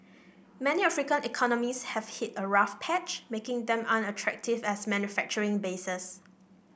many African economies have hit a rough patch making them unattractive as manufacturing bases